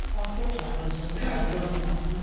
perfect भएकोहरू जस्तो त गर्नु भएन